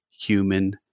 human